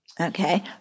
Okay